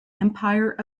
empire